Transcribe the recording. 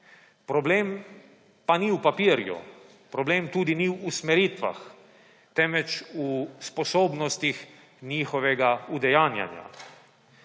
Problem pa ni v papirju. Problem tudi ni v usmeritvah, temveč v sposobnostih njihovega udejanjanja.